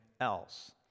else